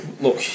Look